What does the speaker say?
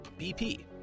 BP